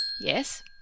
Yes